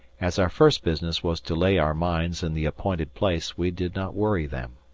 as our first business was to lay our mines in the appointed place, we did not worry them.